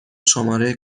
شماره